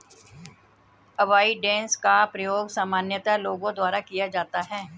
avoidance का प्रयोग सामान्यतः लोगों द्वारा किया जाता है